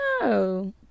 No